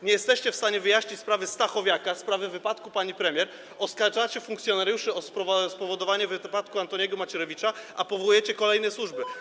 Nie jesteście w stanie wyjaśnić sprawy Stachowiaka, sprawy wypadku pani premier, oskarżacie funkcjonariuszy o spowodowanie wypadku Antoniego Macierewicza, a powołuje kolejne służby.